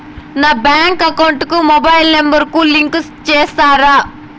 నా bank account కు mobile number ను లింకు చేస్తారా?